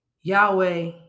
Yahweh